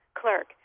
clerk